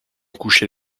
coucher